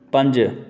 पंज